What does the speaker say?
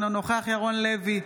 אינו נוכח ירון לוי,